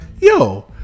Yo